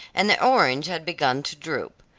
and the orange had begun to droop.